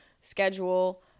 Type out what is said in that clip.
schedule